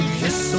kiss